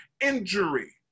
Injury